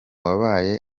wabaye